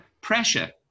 pressure